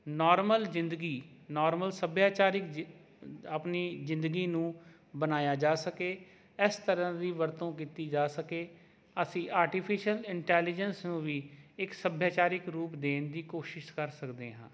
normal ਜ਼ਿੰਦਗੀ normal ਸੱਭਿਆਚਾਰਕ ਆਪਣੀ ਜ਼ਿੰਦਗੀ ਨੂੰ ਬਣਾਇਆ ਜਾ ਸਕੇ ਇਸ ਤਰ੍ਹਾਂ ਦੀ ਵਰਤੋਂ ਕੀਤੀ ਜਾ ਸਕੇ ਅਸੀਂ ਆਰਟੀਫਿਸ਼ਅਲ ਇੰਟੈਲੀਜੈਂਸ ਨੂੰ ਵੀ ਇੱਕ ਸੱਭਿਆਚਾਰਕ ਰੂਪ ਦੇਣ ਦੀ ਕੋਸ਼ਿਸ਼ ਕਰ ਸਕਦੇ ਹਾਂ